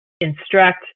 instruct